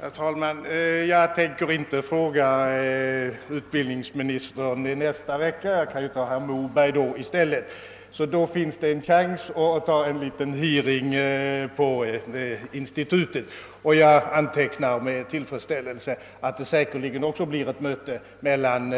Herr talman! Jag tänker inte fråga utbildningsministern om något i nästa vecka; jag kan ju ställa frågor till statsrådet Moberg i stället. Det finns alltså då en chans för utbildningsministern att ha en liten hearing på teckningslärarinstitutet. Jag antecknar således med tillfredsställelse att det säkerligen blir ett möte mellan